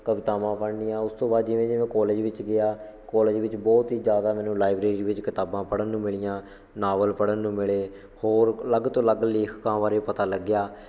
ਕਵਿਤਾਵਾਂ ਪੜ੍ਹਨੀਆਂ ਉਸ ਤੋਂ ਬਾਅਦ ਜਿਵੇਂ ਜਿਵੇਂ ਕੋਲੇਜ ਵਿੱਚ ਗਿਆ ਕੋਲੇਜ ਵਿੱਚ ਬਹੁਤ ਹੀ ਜ਼ਿਆਦਾ ਮੈਨੂੰ ਲਾਈਬਰੇਰੀ ਵਿੱਚ ਕਿਤਾਬਾਂ ਪੜ੍ਹਨ ਨੂੰ ਮਿਲੀਆਂ ਨਾਵਲ ਪੜ੍ਹਨ ਨੂੰ ਮਿਲੇ ਹੋਰ ਅਲੱਗ ਤੋਂ ਅਲੱਗ ਲੇਖਕਾਂ ਬਾਰੇ ਪਤਾ ਲੱਗਿਆ